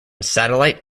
satellite